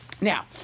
Now